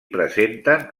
presenten